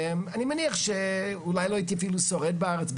אני מניח שאולי לא הייתי אפילו שורד בארץ,